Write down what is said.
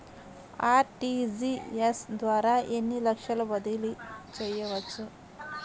RTGS ద్వారా ఎన్ని లక్షలు బదిలీ చేయవచ్చు?